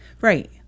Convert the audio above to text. Right